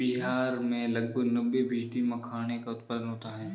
बिहार में लगभग नब्बे फ़ीसदी मखाने का उत्पादन होता है